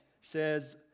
says